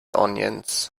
onions